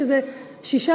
ההצעה